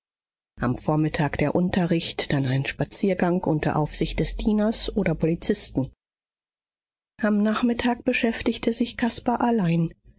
am vormittag der unterricht dann ein spaziergang unter aufsicht des dieners oder polizisten am nachmittag beschäftigte sich caspar allein